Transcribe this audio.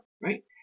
right